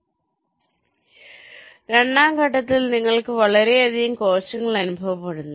അതിനാൽ രണ്ടാം ഘട്ടത്തിൽ നിങ്ങൾക്ക് വളരെയധികം കോശങ്ങൾ അനുഭവപ്പെടുന്നു